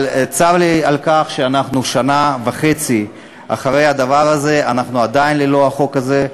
אבל צר לי על כך ששנה וחצי אחרי הדבר הזה אנחנו עדיין ללא החוק הזה.